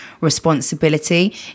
responsibility